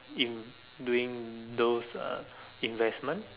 in doing those uh investment